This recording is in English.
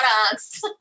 products